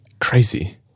Crazy